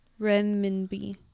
Renminbi